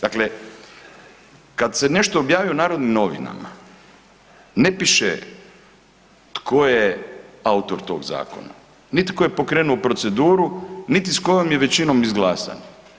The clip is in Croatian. Dakle, kad se nešto objavi u Narodnim novinama ne piše tko je autor tog zakona, niti tko je pokrenuo proceduru, niti s kojom je većinom izglasan.